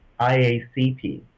IACP